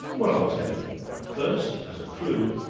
well, i'll tell you, but first as a clue,